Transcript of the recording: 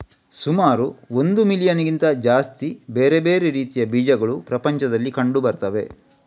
ಸುಮಾರು ಒಂದು ಮಿಲಿಯನ್ನಿಗಿಂತ ಜಾಸ್ತಿ ಬೇರೆ ಬೇರೆ ರೀತಿಯ ಬೀಜಗಳು ಪ್ರಪಂಚದಲ್ಲಿ ಕಂಡು ಬರ್ತವೆ